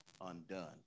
undone